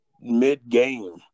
mid-game